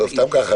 סתם ככה,